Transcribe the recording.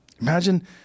Imagine